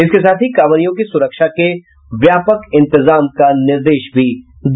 इसके साथ ही कांवरियों की सुरक्षा के व्यापक इंतजाम का निर्देश भी दिया